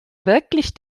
wirklich